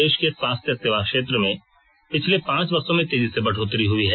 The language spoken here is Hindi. देश के स्वास्थ्य सेवा क्षेत्र में पिछले पांच वर्षों में तेजी से बढ़ोत्तरी हुई है